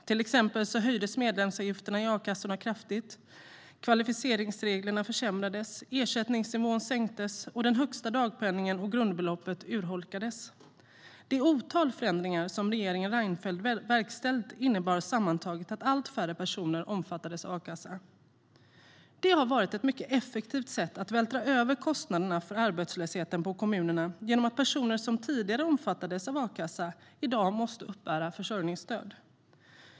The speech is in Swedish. Till exempel höjdes medlemsavgifterna i a-kassorna kraftigt, kvalificeringsreglerna försämrades, ersättningsnivån och den högsta dagpenningen sänktes och grundbeloppet urholkades. Det otal förändringar som regeringen Reinfeldt verkställde innebar sammantaget att allt färre personer omfattades av a-kassan. Det har varit ett mycket effektivt sätt att vältra över kostnaderna för arbetslösheten på kommunerna genom att personer som tidigare omfattades av a-kassa i dag måste uppbära försörjningsstöd.